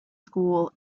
school